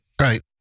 Right